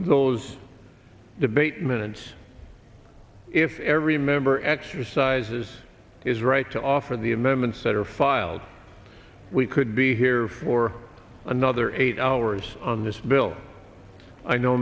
those debate minutes if every member exercises his right to offer the amendments that are filed we could be here for another eight hours on this bill i know